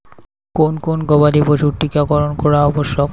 কোন কোন গবাদি পশুর টীকা করন করা আবশ্যক?